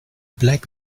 black